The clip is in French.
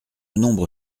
nombre